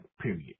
period